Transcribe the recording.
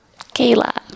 Kayla